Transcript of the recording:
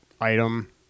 item